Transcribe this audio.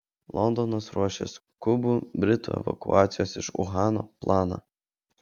londonas ruošia skubų britų evakuacijos iš uhano planą